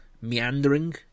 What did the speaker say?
meandering